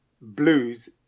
blues